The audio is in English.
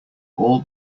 all